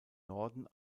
norden